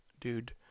dude